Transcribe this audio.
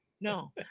no